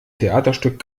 theaterstück